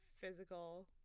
physical